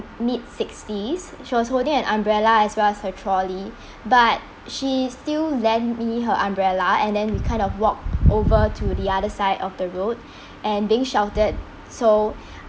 mid-sixties she was holding an umbrella as well as her trolley but she still lent me her umbrella and then we kind of walk over to the other side of the road and being sheltered so